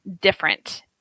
different